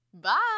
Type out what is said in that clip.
Bye